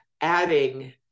adding